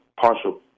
partial